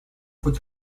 food